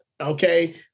okay